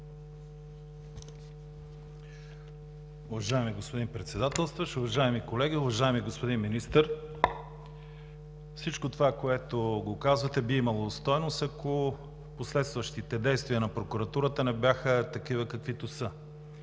Уважаеми господин Председателстващ, уважаеми колеги! Уважаеми господин Министър, всичко това, което го казвате, би имало стойност, ако последващите действия на прокуратурата не бяха такива, каквито са.